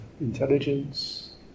intelligence